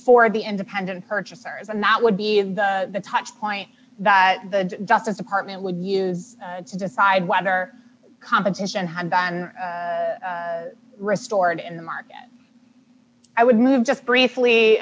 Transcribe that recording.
for the independent purchasers and that would be the touch point that the justice department would use to decide whether competition had been restored in the market i would move just briefly